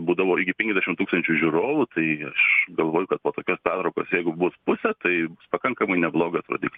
būdavo iki penkiasdešim tūkstančių žiūrovų tai aš galvoju kad po tokios pertraukos jeigu bus pusė tai pakankamai neblogas rodiklis